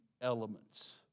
elements